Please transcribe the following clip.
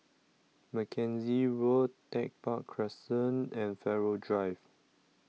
Mackenzie Road Tech Park Crescent and Farrer Drive